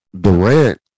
Durant